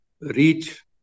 reach